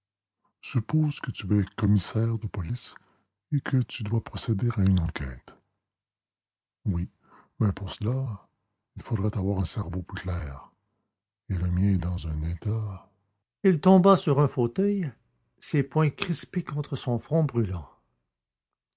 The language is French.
suppose que tu es commissaire de police et que tu dois procéder à une enquête oui mais pour cela il faudrait avoir un cerveau plus clair et le mien est dans un état il tomba sur un fauteuil ses poings crispés contre son front brûlant